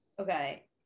Okay